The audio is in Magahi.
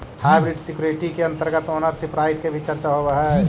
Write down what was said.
हाइब्रिड सिक्योरिटी के अंतर्गत ओनरशिप राइट के भी चर्चा होवऽ हइ